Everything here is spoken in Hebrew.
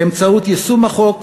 באמצעות יישום החוק,